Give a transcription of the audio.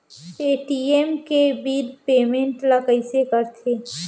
Paytm के bill payment ल कइसे करथे?